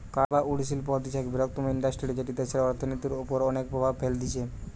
কাঠ বা উড শিল্প হতিছে এক বৃহত্তম ইন্ডাস্ট্রি যেটি দেশের অর্থনীতির ওপর অনেক প্রভাব ফেলতিছে